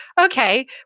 Okay